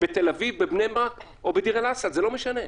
בתל אביב, בבני ברק או בדיר אל-אסד, זה לא משנה.